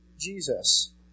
Jesus